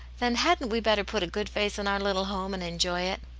then, hadn't we better put a good face on our little home, and enjoy it?